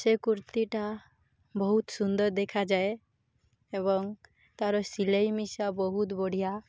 ସେ କୁର୍ତ୍ତିଟା ବହୁତ ସୁନ୍ଦର ଦେଖାଯାଏ ଏବଂ ତାର ସିଲେଇ ମିଶା ବହୁତ ବଢ଼ିଆ